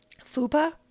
FUPA